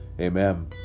Amen